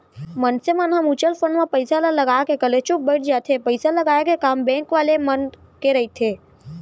मनसे मन ह म्युचुअल फंड म पइसा ल लगा के कलेचुप बइठ जाथे पइसा लगाय के काम बेंक वाले मन के रहिथे